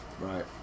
Right